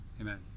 Amen